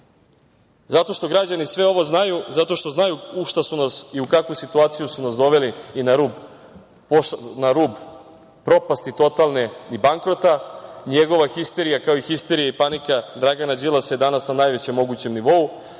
evra. Zato što građani sve ovo znaju, zato što znaju u šta su nas i u kakvu su nas situaciju doveli i na rub propasti totalne i bankrota, njegova histerija, kao i histerija i panika Dragana Đilasa je danas na najvećem mogućem nivou. Vama